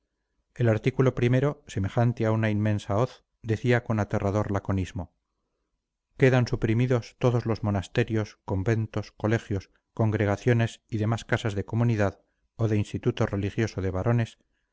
el artículo o semejante a una inmensa hoz decía con aterrador laconismo quedan suprimidos todos los monasterios conventos colegios congregaciones y demás casas de comunidad o de instituto religioso de varones